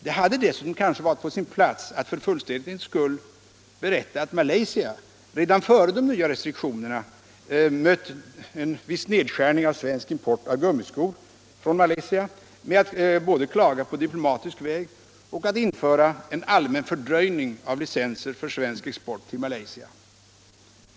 Det hade dessutom kanske varit på sin plats att för fullständighetens skull berätta att Malaysia redan före de nya restriktionerna mött en viss nedskärning av svensk import av gummiskor från Malaysia med att både klaga på diplomatisk väg och införa en allmän fördröjning av licenser för svensk export till Malaysia.